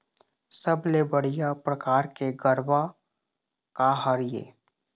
सबले बढ़िया परकार के गरवा का हर ये?